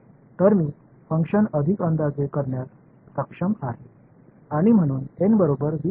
तर मी फंक्शन अधिक अंदाजे करण्यास सक्षम आहे आणि म्हणून एन बरोबर वीस आहे